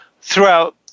throughout